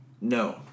No